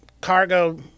cargo